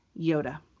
yoda